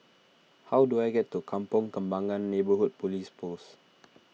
how do I get to Kampong Kembangan Neighbourhood Police Post